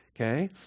okay